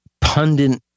pundit